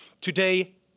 Today